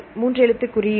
மூன்று எழுத்துக் குறியீடு